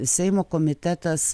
seimo komitetas